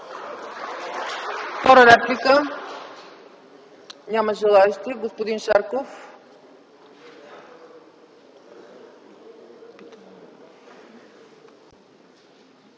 втора реплика? Няма желаещи. Господин Шарков,